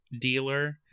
dealer